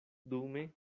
dume